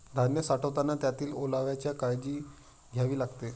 धान्य साठवताना त्यातील ओलाव्याची काळजी घ्यावी लागते